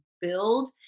build